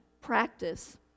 practice